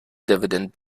dividend